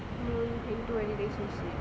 moon into a relationship